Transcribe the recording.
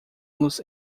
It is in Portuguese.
los